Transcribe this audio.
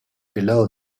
below